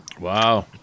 Wow